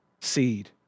seed